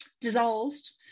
dissolved